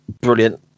brilliant